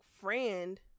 friend